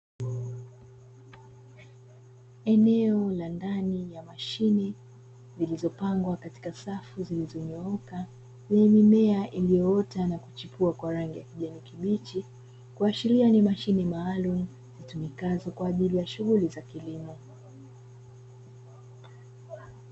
Eneo la ndani ya mashine zilizopangwa katika safu zilizonyooka zenye mimea iliyoota na kuchipua kwa rangi ya kijani kibichi, kuashiria ni mashine maalumu zitumikazo kwa ajili ya shughuli za kilimo.